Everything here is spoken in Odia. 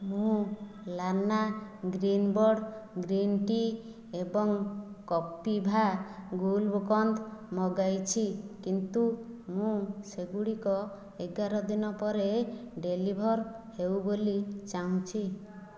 ମୁଁ ଲାନା ଗ୍ରୀନ୍ବର୍ଡ଼୍ ଗ୍ରୀନ୍ ଟି ଏବଂ କପିଭା ଗୁଲକନ୍ଦ୍ ମଗାଇଛି କିନ୍ତୁ ମୁଁ ସେଗୁଡ଼ିକ ଏଗାର ଦିନ ପରେ ଡେଲିଭର୍ ହେଉ ବୋଲି ଚାହୁଁଛି